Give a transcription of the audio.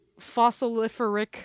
fossiliferic